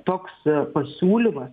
toks pasiūlymas